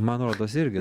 man rodos irgi